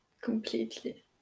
Completely